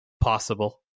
possible